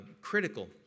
critical